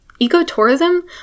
ecotourism